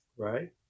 Right